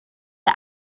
the